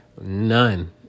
None